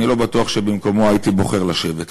אני לא בטוח שבמקומו הייתי בוחר לשבת פה.